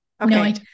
Okay